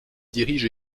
dirige